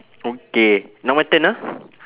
okay now my turn ah